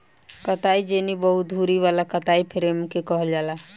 कताई जेनी बहु धुरी वाला कताई फ्रेम के कहल जाला